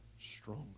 stronger